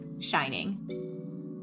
shining